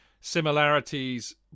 similarities